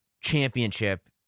championship